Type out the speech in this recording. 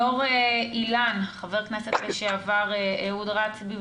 יושב ראש איל"ן, חבר הכנסת לשעבר אהוד רצאבי,